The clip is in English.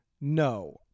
No